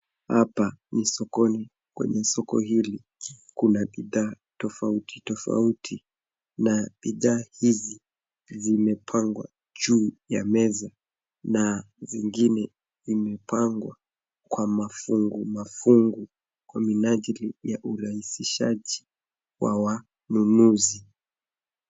Hapa ni sokoni . Kwenye soko hili, kuna bidhaa tofauti tofauti na bidhaa hizi zimepangwa juu ya meza na zingine zimepangwa kwa mafungu mafungu kwa minajili ya urahisishaji wa wanunuzi.